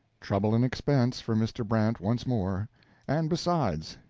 trouble and expense for mr. brant once more and, besides,